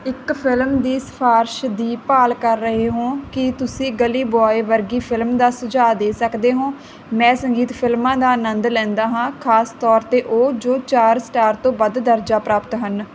ਇੱਕ ਫਿਲਮ ਦੀ ਸਿਫਾਰਸ਼ ਦੀ ਭਾਲ ਕਰ ਰਹੇ ਹੋਂ ਕੀ ਤੁਸੀਂ ਗਲੀ ਬੁਆਏ ਵਰਗੀ ਫਿਲਮ ਦਾ ਸੁਝਾਅ ਦੇ ਸਕਦੇ ਹੋਂ ਮੈਂ ਸੰਗੀਤ ਫਿਲਮਾਂ ਦਾ ਅਨੰਦ ਲੈਂਦਾ ਹਾਂ ਖ਼ਾਸ ਤੌਰ 'ਤੇ ਉਹ ਜੋ ਚਾਰ ਸਟਾਰ ਤੋਂ ਵੱਧ ਦਰਜਾ ਪ੍ਰਾਪਤ ਹਨ